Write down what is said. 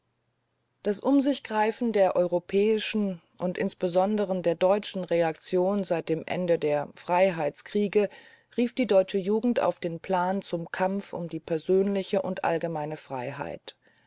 das umsichgreifen der europäischen und insbesondere der deutschen reaktion seit dem ende der freiheits kriege rief die deutsche jugend auf den plan zum kampf um die persönliche und allgemeine freiheit